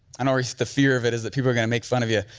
and always the fear of it is that people are gonna make fun of you.